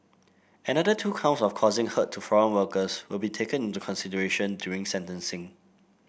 another two counts of causing hurt to foreign workers will be taken into consideration during sentencing